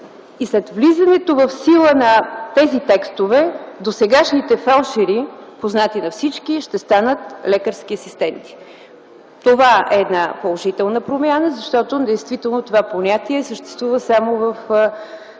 След влизането в сила на тези текстове досегашните фелдшери, познати на всички, ще станат лекарски асистенти. Това е положителна промяна, защото това понятие съществува само в